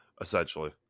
essentially